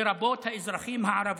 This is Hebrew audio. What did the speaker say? לרבות האזרחים הערבים.